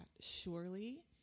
surely